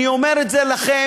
אני אומר את זה לכם,